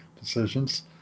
decisions